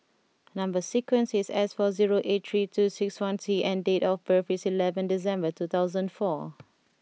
number sequence is S four zero eight three two six one T and date of birth is eleven December two thousand and four